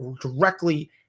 directly